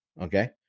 Okay